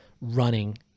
running